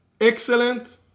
excellent